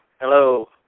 Hello